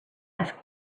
asked